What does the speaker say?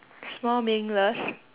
small meaningless